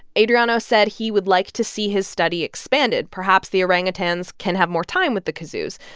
adriano said he would like to see his study expanded. perhaps the orangutans can have more time with the kazoos.